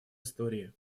истории